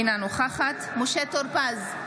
אינה נוכחת משה טור פז,